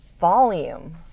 volume